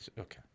Okay